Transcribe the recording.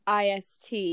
IST